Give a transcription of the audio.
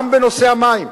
גם בנושא המים,